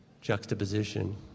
juxtaposition